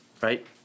right